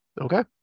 Okay